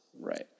Right